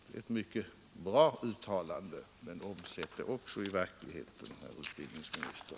Det är ett mycket bra uttalande, men omsätt det också i verkligheten, herr utbildningsminister!